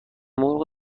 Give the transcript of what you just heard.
مرغ